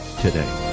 Today